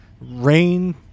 rain